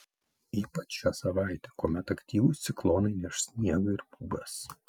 ypač šią savaitę kuomet aktyvūs ciklonai neš sniegą ir pūgas